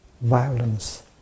violence